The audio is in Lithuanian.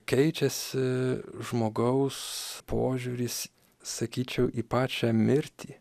keičiasi žmogaus požiūris sakyčiau į pačią mirtį